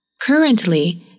Currently